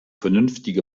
vernünftige